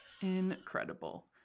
Incredible